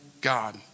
God